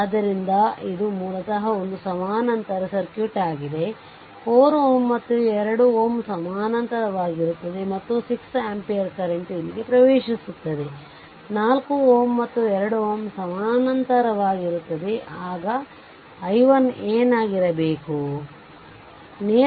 ಆದ್ದರಿಂದ ಇದು ಮೂಲತಃ ಒಂದು ಸಮಾನಾಂತರ ಸರ್ಕ್ಯೂಟ್ ಆಗಿದೆ ಈ 4 Ω ಮತ್ತು ಈ 2 Ω ಸಮಾನಾಂತರವಾಗಿರುತ್ತವೆ ಮತ್ತು 6 ಆಂಪಿಯರ್ ಕರೆಂಟ್ ಇಲ್ಲಿಗೆ ಪ್ರವೇಶಿಸುತ್ತಿದೆ ಈ 4 Ω ಮತ್ತು 2Ω ಸಮಾನಾಂತರವಾಗಿರುತ್ತವೆ ಆಗ i3 ಎನಾಗಿರುತ್ತದೆ